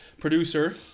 Producer